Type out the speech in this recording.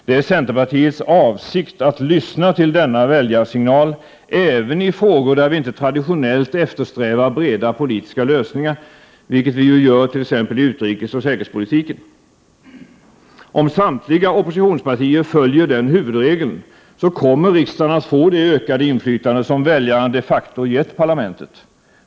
Det är centerpartiets avsikt att lyssna till denna väljarsignal även i frågor där vi inte traditionellt eftersträvar breda politiska lösningar, vilket vi ju gör t.ex. i utrikesoch säkerhetspolitiken. Om samtliga oppositionspartier följer den huvudregeln så kommer riksdagen att få det ökade inflytande som väljarna de facto gett parlamentet.